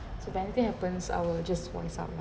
so anything happens I will just voice out loud